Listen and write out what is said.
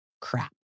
crap